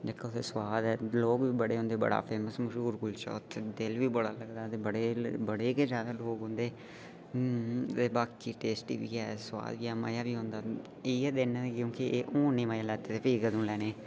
अं'ऊं हून रोज खन्नां स्वाद ऐ लोग बी बड़े होंदे बड़ा फेमस मश्हूर कुल्चा ऐ दिल बी बड़ा करदा ऐ ते बड़े गे ज्यादा लोग होंदे बाकी टेस्टी बी ऐ स्वाद बी मजा बी औंदा इ'यै दिन होंदे क्योकि हून नेईं मजे लैते ते कदूं लैने